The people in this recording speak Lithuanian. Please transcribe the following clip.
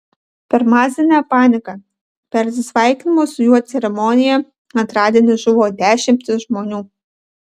per masinę paniką per atsisveikinimo su juo ceremoniją antradienį žuvo dešimtys žmonių